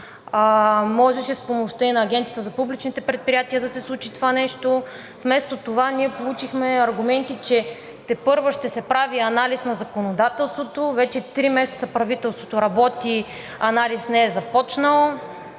Можеше и с помощта на Агенцията за публичните предприятия да се случи това нещо. Вместо това ние получихме аргументи, че тепърва ще се прави анализ на законодателството. Вече три месеца правителството работи – анализ не е започнал.